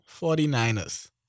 49ers